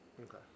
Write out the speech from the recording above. Okay